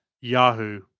Yahoo